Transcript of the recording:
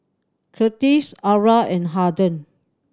Curtiss Arla and Harden